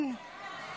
אתה תסתום לי את הפה?